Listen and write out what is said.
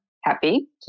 happy